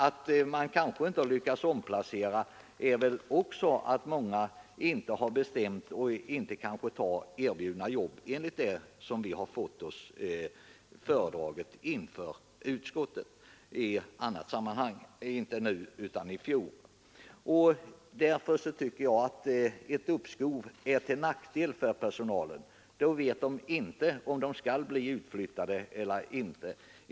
Att man kanske inte har lyckats omplacera alla kan också bero på att många inte kan bestämma sig och inte tar erbjudna jobb, enligt vad vi har fått oss föredraget i utskottet vid fjolårets behandling av ärendet. Min uppfattning är att ett uppskov skulle vara till nackdel för personalen. Då vet man inte om man blir utflyttad eller inte.